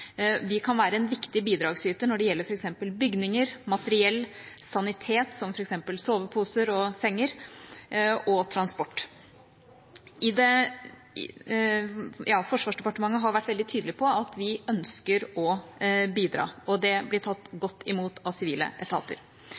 Vi kan være en viktig bidragsyter når det gjelder f.eks. bygninger, materiell, sanitet, som f.eks. soveposer og senger, og transport. Forsvarsdepartementet har vært veldig tydelig på at vi ønsker å bidra, og det blir tatt godt imot av sivile etater.